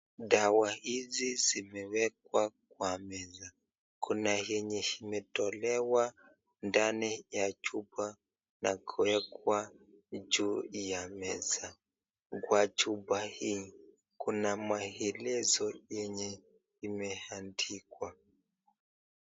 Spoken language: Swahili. Dawa hizi zimewekwa kwa meza. Kuna yenye imetolewa ndani ya chupa na kuwekwa juu ya meza. Kwa chupa hii kuna maelezo yenye imeandikwa.